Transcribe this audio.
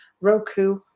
Roku